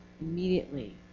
Immediately